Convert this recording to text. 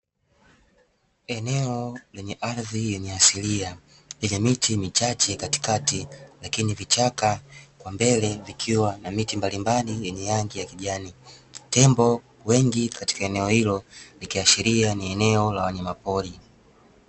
Eneo lenye ardhi yenye asilia lenye miti michache katikati lakini vichaka kwa mbele vikiwa na miti mbalimbali yenye rangi ya kijani, tembo wengi katika eneo hilo likiashiria ni eneo la wanyama pori.